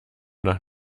nach